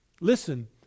Listen